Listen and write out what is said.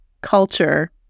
culture